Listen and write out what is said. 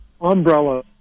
umbrella